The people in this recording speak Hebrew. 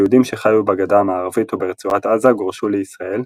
היהודים שחיו בגדה המערבית או ברצועת עזה גורשו לישראל,